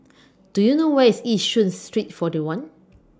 Do YOU know Where IS Yishun Street forty one